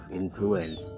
influence